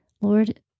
Lord